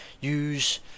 use